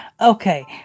Okay